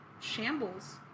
shambles